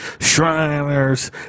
Shriners